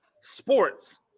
sports